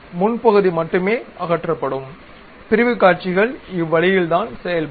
முன் பகுதி மற்றுமே அகற்றப்படும் பிரிவுக் காட்சிகள் இவ்வழியில் தான் செயல்படும்